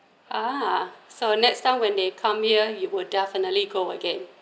ah so next time when they come here you will definitely go again